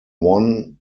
won